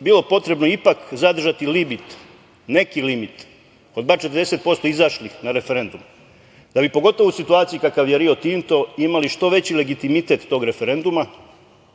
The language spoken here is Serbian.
bilo potrebno ipak zadržati limit, neki limit od bar 40% izašlih na referendum da bi pogotovo u situaciji u kakvoj je „Rio Tinto“ imali što veći legitimitet tog referenduma,